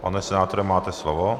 Pane senátore, máte slovo.